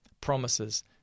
promises